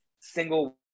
single